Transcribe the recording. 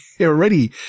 already